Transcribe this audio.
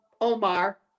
Omar